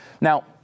Now